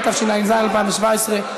התשע"ז 2017,